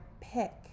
pick